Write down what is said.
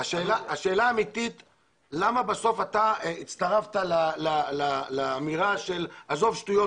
השאלה האמיתית היא למה בסוף אתה הצטרפת לאמירה של עזוב שטויות,